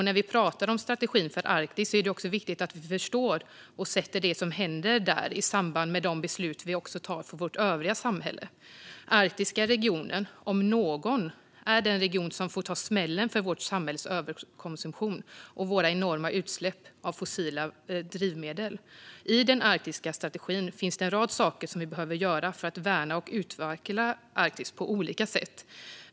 När vi pratar om strategin för Arktis är det viktigt att vi förstår detta och sätter det som händer där i samband med de beslut vi tar för vårt övriga samhälle. Arktiska regionen, om någon, är den region som får ta smällen för vårt samhälles överkonsumtion och våra enorma utsläpp av fossila drivmedel. I den arktiska strategin finns det en rad saker som vi behöver göra för att värna och utveckla Arktis på olika sätt.